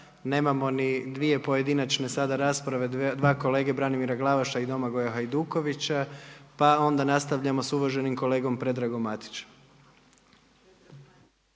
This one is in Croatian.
nemamo ni dvije pojedinačne sada rasprave, dva kolege Branimira Glavaša i Domagoja Hajdukovića. Pa onda nastavljamo sa uvaženim kolegom Predragom Matićem.